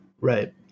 right